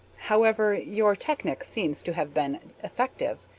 however, your technic seems to have been effective.